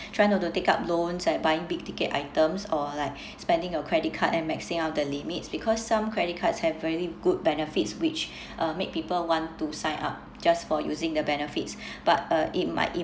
try not to take up loans and buying big-ticket items or like spending your credit card and maxing out the limits because some credit cards have very good benefits which uh make people want to sign up just for using the benefits but uh it might